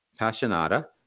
Passionata